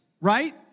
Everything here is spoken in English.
right